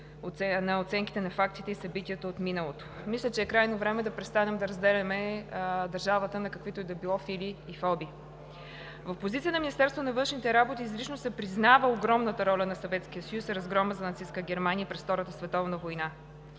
на оценките на фактите и събитията от миналото. Мисля, че е крайно време да престанем да разделяме държавата на каквито и да било фили и фоби. В позицията на Министерството на външните работи изрично се признава огромната роля на Съветския съюз за разгрома за нацистка Германия през Втората световна война.